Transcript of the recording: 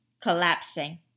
collapsing